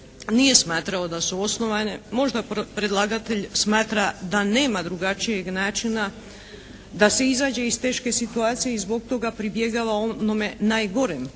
nije smatrao da su osnovane. Možda predlagatelj smatra da nema drugačijeg načina da se izađe iz teške situacije i zbog toga pribjegava onome najgorem